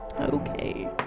Okay